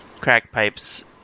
crackpipes